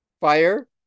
Fire